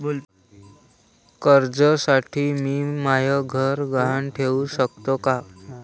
कर्जसाठी मी म्हाय घर गहान ठेवू सकतो का